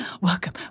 Welcome